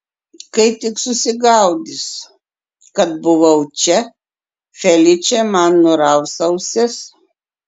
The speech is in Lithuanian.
kai tik susigaudys kad buvau čia feličė man nuraus ausis